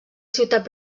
ciutat